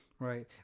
Right